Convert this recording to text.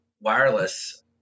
wireless